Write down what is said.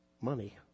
money